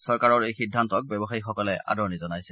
চৰকাৰৰ এই সিদ্ধান্তক ব্যৱসায়ীসকলে আদৰণি জনাইছে